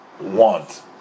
want